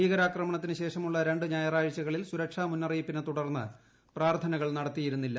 ഭീകരാക്രമണത്തിനു ശേഷമുള്ള രണ്ട് ഞായറാഴ്ചകളിൽ സുരക്ഷാ മുന്നറിയിപ്പിനെ തുടർന്ന് പ്രാർത്ഥനകൾ നടത്തിയിരുന്നില്ല